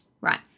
Right